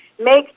make